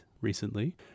recently